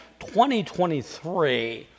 2023